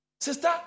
Sister